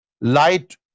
light